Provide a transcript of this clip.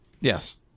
Yes